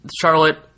Charlotte